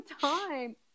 time